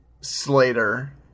slater